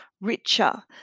richer